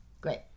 Great